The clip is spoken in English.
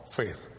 faith